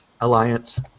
alliance